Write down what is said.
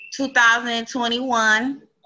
2021